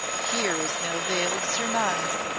here is no veiled surmise,